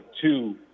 two